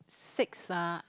six ah